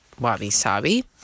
wabi-sabi